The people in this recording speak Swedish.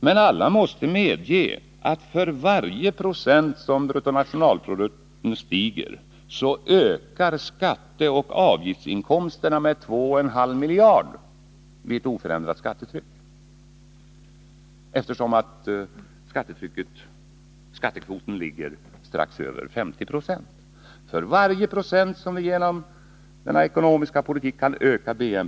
Men alla måste medge att för varje procent som BNP stiger, så ökar skatteoch avgiftsinkomsterna med 2,5 miljarder kronor vid oförändrat skattetryck, eftersom skattekvoten ligger strax över 50 90.